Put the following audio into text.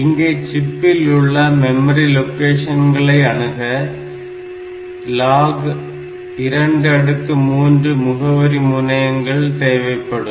இங்கே சிப்பில் உள்ள மெமரி லொகேஷன்களை அணுக ⌈log2⌉ முகவரிமுனையங்கள் தேவைப்படும்